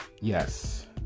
yes